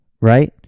right